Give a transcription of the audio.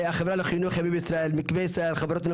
"החברה לחינוך ימי בישראל",